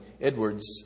Edwards